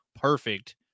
perfect